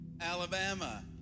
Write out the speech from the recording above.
Alabama